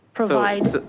provide.